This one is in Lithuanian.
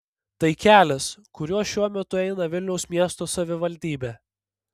tai kelias kuriuo šiuo metu eina vilniaus miesto savivaldybė